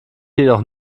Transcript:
jedoch